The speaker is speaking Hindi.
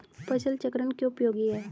फसल चक्रण क्यों उपयोगी है?